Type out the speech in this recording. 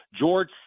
George